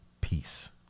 Peace